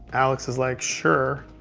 alex was like, sure.